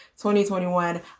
2021